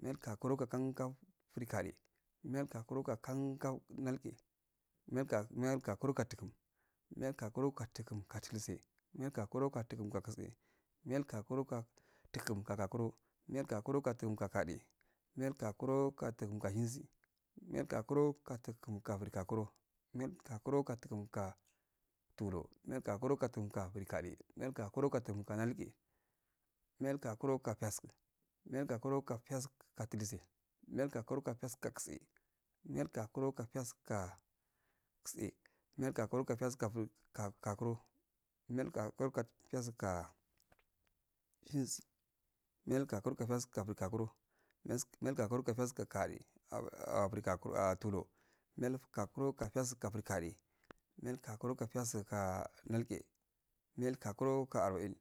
Miyal gakuro gi ksa kan ko frigade, miyal gakuro ki ka kan ka nalge, miyal gakuro gi ka dugum, miyal gakaro ki ka dugum ka dultse, miyal gakemo go ka dugum ka tse miyal gakuro gi ka dugum ka gakuro miyal gakaro gi ka duyin ka gade, miyal gakarogi ka dugun ka shesi, miyal gakuro gi ka duguu ka frikuro, miyal gakurogi ka dugun ka tulu, niyal gakuro gi ka dngum ka fride miyal gakuro gi ka dugum ka nalge, miyal gakurogi ka piyasku miyal gakuro gi ka piyaka ka dultse miyal gakurogi ka piyadsku go tdse miyal gakuro gi ka piyas ku ka frgakuro miyal gaku ro gi ka piyasku ka gade, miyal gakuro gi ka piyaska ka phensi, miyal gakuno ka piyasku ka frikuro, miyal gakuro ka pryasku gade au ah frigokuro tulu, niyal gokuro ka piyasku ka frigade miyal gaskunno ke piyasku ka nalge, miyal gakuro ka arba'in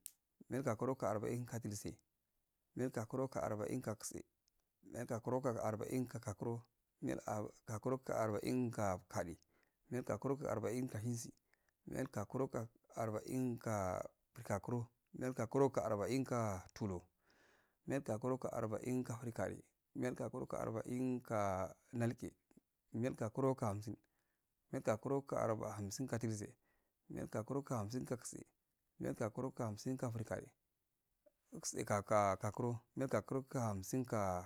miyal gakurogi ka arbe'in ka dultse miyal gakuno gi ka arrba'in lkatse, miyal gakungi ka arba'in ka gakuro, miyal gakuro gi ka arba'in ka gade miyal gakuro gi ka arba'in ka shensi, miyal gakuro ki ka arba'in frigaskuro, miyal gakuro gi ka arbəin ka tulur, miyal gaskuro ki ka arba'in ka frigade, miyal gakuro ki ka arba'in kanalge miyal gakuro ka hamsin, miyal gaskuro ki ka hamsin ka daltse, miyal gaskuro kika hamsin ko tse, miyal gakuro gi ka hansin ka fride dutse ka kakuro miyal o kahamsin ka.